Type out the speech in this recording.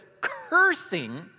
cursing